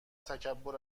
تکبر